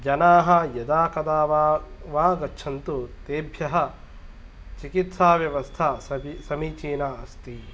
जनाः यदा कदा वा वा गच्छन्तु तेभ्यः चिकित्साव्यवस्था समि समीचीना अस्ति